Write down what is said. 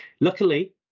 Luckily